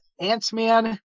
Ant-Man